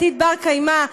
עתיד בר-קיימא,